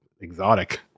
exotic